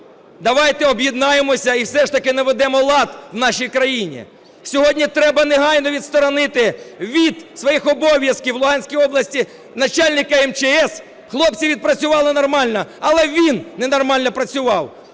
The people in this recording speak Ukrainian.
Давайте об'єднаємося і все ж таки наведемо лад в нашій країні. Сьогодні треба негайно відсторонити від своїх обов'язків в Луганській області начальника МЧС, хлопці відпрацювали нормально, але він ненормально працював.